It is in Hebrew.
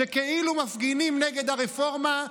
שכאילו מפגינים נגד הרפורמה,